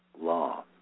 law